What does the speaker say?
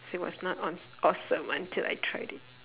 so it was not awe~ awesome until I tried it